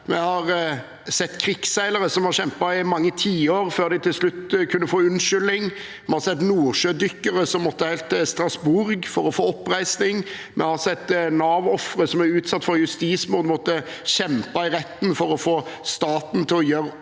Vi har sett krigsseilere som har kjempet i mange tiår før de til slutt fikk en unnskyldning. Vi har sett nordsjødykkere som måtte helt til Strasbourg for å få oppreisning. Vi har sett Nav-ofre som har vært utsatt for justismord, som har måttet kjempe i retten for å få staten til å gjøre opp for seg